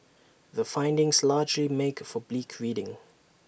the findings largely make for bleak reading